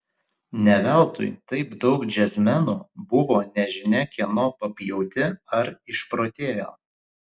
ne veltui taip daug džiazmenų buvo nežinia kieno papjauti ar išprotėjo